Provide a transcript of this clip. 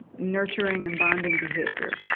nurturing and bonding behaviour,